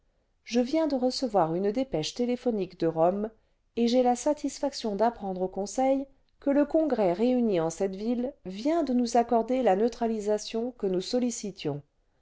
je viens de recevoir une dépêche téléphonique de rome et j'ai la satisfaction d'apprendre au conseil que le congrès réuni en cette ville vient de nous accorder la neutralisation que nous sollicitions